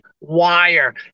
wire